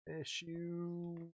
Issue